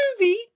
movie